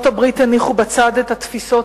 בעלות-הברית הניחו בצד את התפיסות